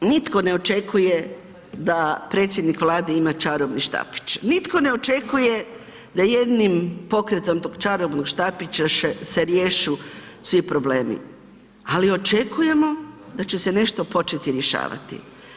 Nitko ne očekuje da predsjednik Vlade ima čarobni štapić, nitko ne očekuje da jednim pokretom tog čarobnog štapića se riješe svi problemi, ali očekujemo da će se nešto početi rješavati.